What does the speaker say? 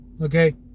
Okay